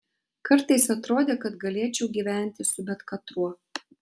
kartais atrodė kad galėčiau gyventi su bet katruo